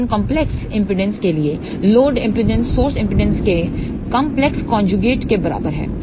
लेकिन complex impedance के लिए लोड एमपीडांससोर्स एमपीडांस के कंपलेक्स कन्ज्यूगेट के बराबर है